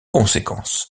conséquence